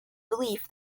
belief